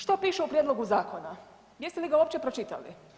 Što piše u prijedlogu zakona, jeste li ga uopće pročitali?